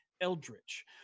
Eldritch